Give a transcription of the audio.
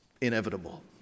inevitable